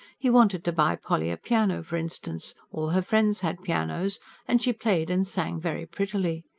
he wanted to buy polly a piano, for instance all her friends had pianos and she played and sang very prettily.